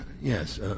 Yes